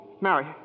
Mary